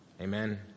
Amen